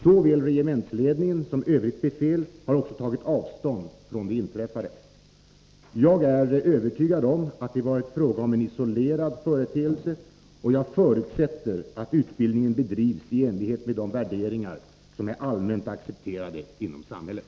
Såväl regementsledningen som övrigt befäl har också tagit avstånd från det inträffade. Jag är övertygad om att det varit fråga om en isolerad företeelse, och jag förutsätter att utbildningen bedrivs i enlighet med de värderingar som är allmänt accepterade inom samhället.